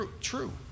True